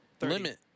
limit